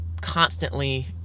Constantly